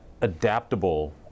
adaptable